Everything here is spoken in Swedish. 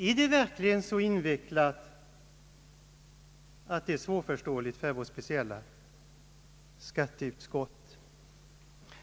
är detta "verkligen så invecklat för: vårt speciella skatteutskott?